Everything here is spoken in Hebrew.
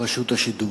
רשות השידור,